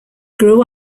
grew